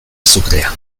azukrea